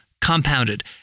compounded